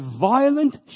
violent